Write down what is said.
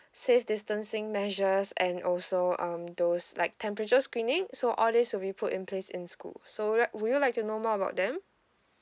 safe distancing measures and also um those like temperature screening so all these will be put in place in school so right would you like to know more about them